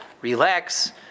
relax